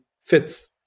fits